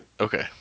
Okay